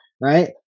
right